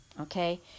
Okay